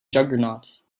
juggernaut